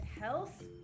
health